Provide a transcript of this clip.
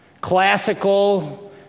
classical